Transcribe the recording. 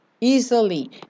Easily